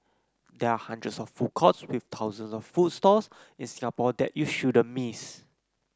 there are hundreds of food courts with thousands of food stalls in Singapore that you shouldn't miss